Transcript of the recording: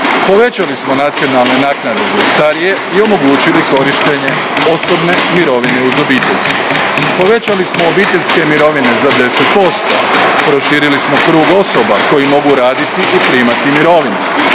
Povećali smo Nacionalne naknade za starije i omogućili korištenje osobne mirovine uz obiteljsku, povećali smo obiteljske mirovine za 10%, proširili smo krug osoba koji mogu raditi i primati mirovinu.